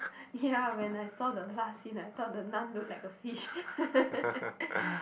ya when I saw the last scene I thought the Nun look like a fish